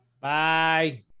Bye